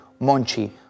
Monchi